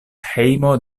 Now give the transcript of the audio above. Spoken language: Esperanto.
hejmo